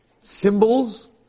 symbols